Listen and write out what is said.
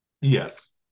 Yes